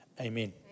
amen